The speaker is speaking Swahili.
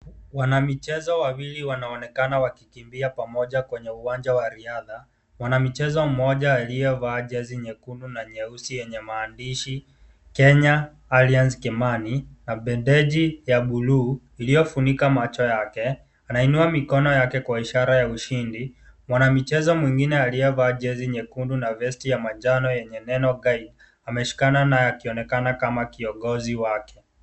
Wanamichezo wawili wanaonekana wakikimbia pamoja kwenye uwanja wa riadha na mwanmchezo mmoja aliyevaa jezi nyekundu na nyeusi yenye maandishi Kenya Alliance Kimani na bendage ya bluu iliofunika macho yake anainua mikono yake kwa ishara ya ushindi mwanamchezo mwingine aliyevaa jezi nyekundu na vesti ya manjano yenye neno guide wameshikana na akionekana kama kiongozi wake.